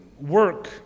work